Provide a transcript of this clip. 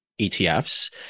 ETFs